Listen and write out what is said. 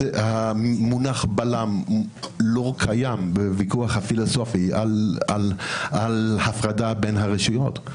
המונח בלם לא קיים בוויכוח הפילוסופי על הפרדה בין הרשויות.